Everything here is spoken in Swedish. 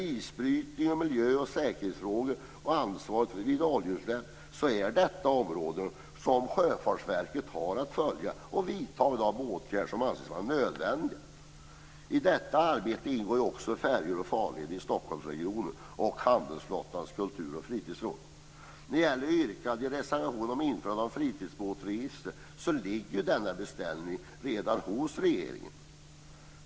Isbrytning, miljö och säkerhetsfrågor och ansvaret vid oljeutsläpp är områden som Sjöfartsverket har att följa för att vidta de åtgärder som anses vara nödvändiga. I detta arbete ingår också färjor och farleder i Stockholmsregionen och handelsflottans kultur och fritidsråd. När det gäller yrkandet i reservationerna om införandet av ett fritidsbåtsregister vill jag säga att denna beställning redan ligger hos regeringen.